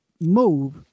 move